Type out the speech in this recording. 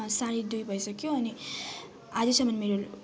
साढे दुई भइसक्यो अनि अझैसम्म मेरो